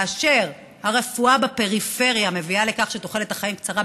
כאשר הרפואה בפריפריה מביאה לכך שתוחלת החיים קצרה,